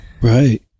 Right